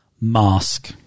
Mask